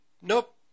Nope